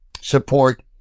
support